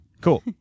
cool